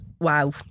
wow